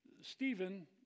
Stephen